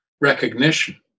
recognition